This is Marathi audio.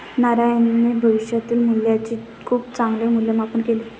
नारायणने भविष्यातील मूल्याचे खूप चांगले मूल्यमापन केले